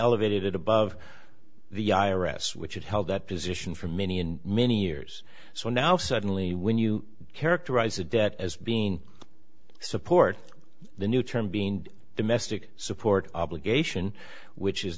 elevated it above the i r s which had held that position for many and many years so now suddenly when you characterize a debt as being support the new term being domestic support obligation which is